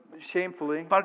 shamefully